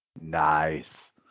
Nice